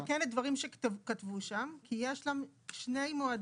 אנחנו צריכים לתקן דברים שכתבו שם כי יש שם שני מועדים,